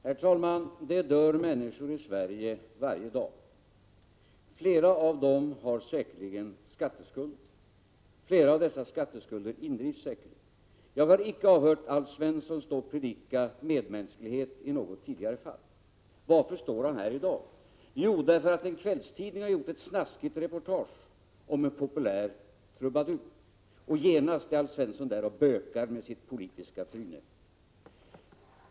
Herr talman! Det dör människor i Sverige varje dag, och flera av dem har säkerligen skatteskulder. Flera av dessa skatteskulder indrivs också. Jag har icke hört Alf Svensson stå och predika medmänsklighet i något tidigare fall. Varför står han här i dag? Jo, därför att en kvällstidning har gjort ett snaskigt reportage om en populär trubadur, och genast är Alf Svensson där och bökar med sitt politiska tryne.